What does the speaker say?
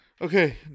Okay